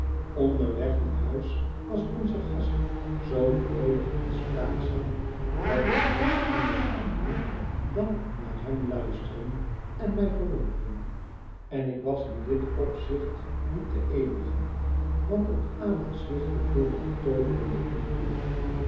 onderweg naar huis was onze gast zoo vroolijk en spraakzaam dat ik niets anders kon doen dan naar hem luisteren en mij verwonderen en ik was in dit opzicht niet de eenige want ook ada zwichtte voor dien betooverenden invloed